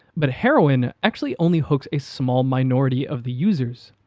but heroin actually only hooks a small minority of the users.